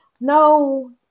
No